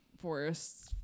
forests